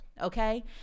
okay